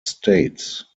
states